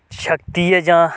शक्ति ऐ जां